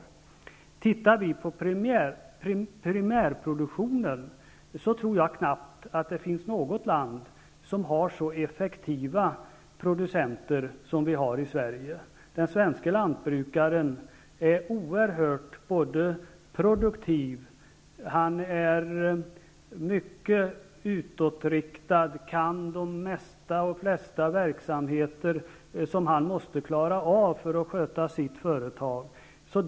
Om vi ser till primärproduktionen tror jag att det knappast finns något land som har så effektiva producenter som vi har i Sverige. Den svenske lantbrukaren är oerhört produktiv, han är mycket utåtriktad och kan det mesta om de flesta verksamheter som han måste klara av för att sköta sitt företag.